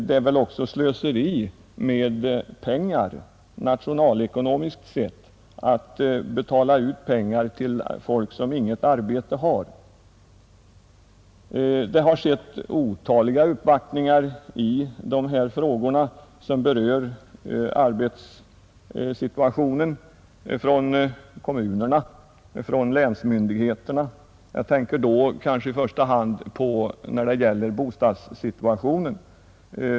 Det är också slöseri med pengar, nationalekonomiskt sett, att betala ut pengar till folk som inte har något arbete. Det har från kommunernas och länsmyndigheternas sida gjorts otaliga uppvaktningar i de frågor som berör arbetsmarknaden, och jag tänker då kanske i första hand på bostadssituationen.